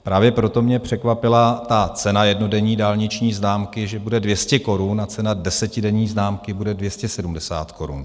Právě proto mě překvapila cena jednodenní dálniční známky, že bude 200 korun a cena desetidenní známky bude 270 korun.